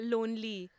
Lonely